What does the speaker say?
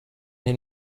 den